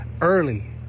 early